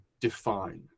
define